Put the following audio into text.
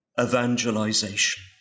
evangelization